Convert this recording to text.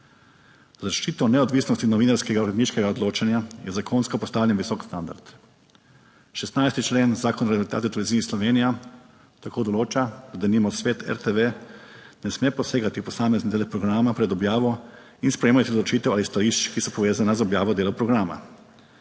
Za zaščito neodvisnosti novinarskega uredniškega odločanja je zakonsko postavljen visok standard. 16. člen Zakona o Radioteleviziji Slovenija tako določa, da denimo svet RTV ne sme posegati v posamezne dele programa pred objavo in sprejemati odločitev ali stališč, ki so povezana z objavo delov programa.